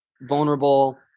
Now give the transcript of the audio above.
vulnerable